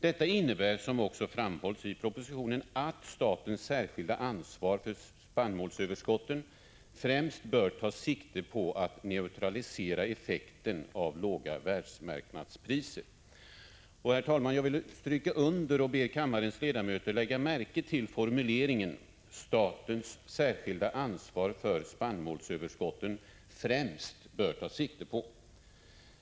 Detta innebär, som också framhålles i propositionen, att statens särskilda ansvar för spannmålsöverskotten främst bör ta sikte på att neutralisera effekten av låga världsmarknadspriser.” Jag vill stryka under och ber kammarens ledamöter lägga märke till formuleringen ”att statens särskilda ansvar för spannmålsöverskotten främst bör ta sikte på ——-".